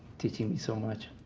teaching me so much.